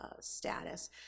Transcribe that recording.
status